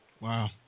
Wow